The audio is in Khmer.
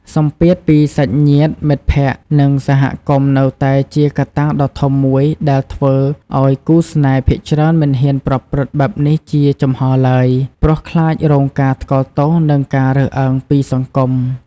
សម្ពាធពីសាច់ញាតិ មិត្តភក្តិ និងសហគមន៍នៅតែជាកត្តាដ៏ធំមួយដែលធ្វើឱ្យគូស្នេហ៍ភាគច្រើនមិនហ៊ានប្រព្រឹត្តបែបនេះជាចំហឡើយ ព្រោះខ្លាចរងការថ្កោលទោស និងការរើសអើងពីសង្គម។